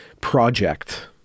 project